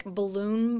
balloon